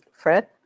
Fred